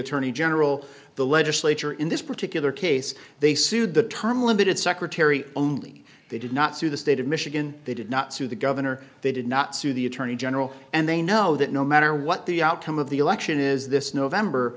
attorney general the legislature in this particular case they sued the term limited secretary only they did not sue the state of michigan they did not sue the governor they did not sue the attorney general and they know that no matter what the outcome of the election is this november